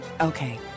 Okay